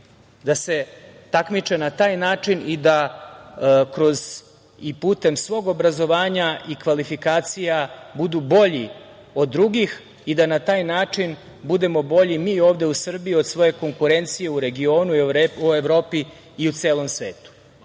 da se takmiče na taj način i da putem svog obrazovanja i kvalifikacija budu bolji od drugih i da na taj način budemo bolji mi ovde u Srbiji od svoje konkurencije u regionu i u Evropi i u celom svetu. To